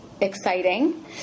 exciting